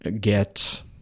get